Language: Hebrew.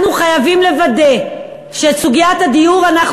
אנחנו חייבים לוודא שאת סוגיית הדיור אנחנו